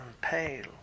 pale